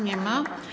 Nie ma.